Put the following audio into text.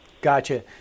gotcha